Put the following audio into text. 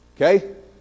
Okay